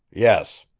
yes.